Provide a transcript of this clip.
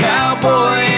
Cowboy